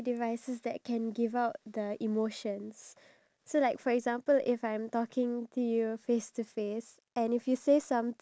even if people were to comment back then the only facial expression that you can get out of them is when they give you an emoji